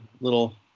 little